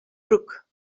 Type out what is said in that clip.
bruc